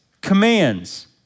commands